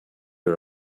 her